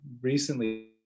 recently